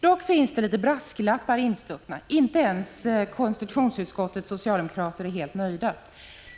Dock finns det några brasklappar instuckna — inte ens KU:s socialdemokrater är helt nöjda.